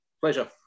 Pleasure